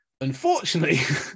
unfortunately